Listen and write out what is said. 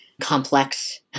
complex